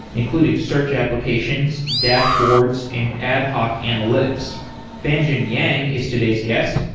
including search applications, dashboards and ad-hoc analytics fangjin yang is today's guest.